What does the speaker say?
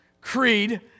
creed